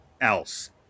else